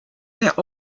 der